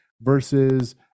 versus